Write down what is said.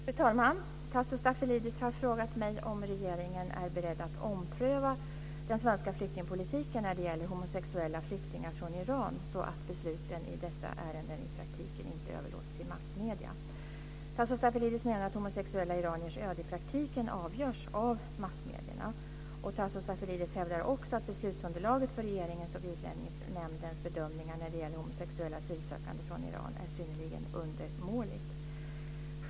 Fru talman! Tasso Stafilidis har frågat mig om regeringen är beredd att ompröva den svenska flyktingpolitiken när det gäller homosexuella flyktingar från Iran så att besluten i dessa ärenden i praktiken inte överlåts till massmedierna. Tasso Stafilidis menar att homosexuella iraniers öde i praktiken avgörs av massmedierna. Tasso Stafilidis hävdar också att beslutsunderlaget för regeringens och Utlänningsnämndens bedömningar när det gäller homosexuella asylsökande från Iran är synnerligen undermåligt.